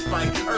Fight